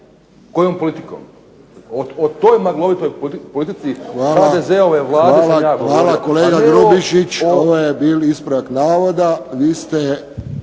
Kojom politikom? O toj maglovitoj politici HDZ-ove vlade. **Friščić, Josip (HSS)** Hvala kolega Grubišić. Ovo je bio ispravak navoda. Vi ste